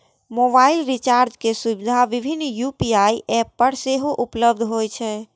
mobile recharge के सुविधा विभिन्न यू.पी.आई एप पर सेहो उपलब्ध होइ छै